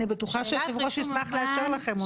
אני בטוחה שהיושב ראש ישמח לאשר לכם אותן.